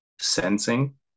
sensing